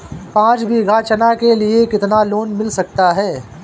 पाँच बीघा चना के लिए कितना लोन मिल सकता है?